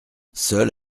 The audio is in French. seule